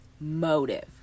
motive